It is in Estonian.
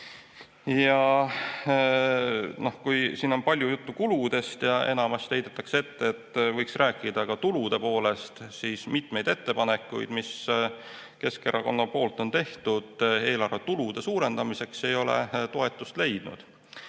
palun! Siin on palju juttu olnud kuludest ja enamasti heidetakse ette, et võiks rääkida ka tulude poolest. Paraku mitmed ettepanekud, mis Keskerakond on teinud eelarve tulude suurendamiseks, ei ole toetust leidnud.